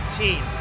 team